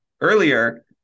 earlier